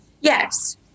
Yes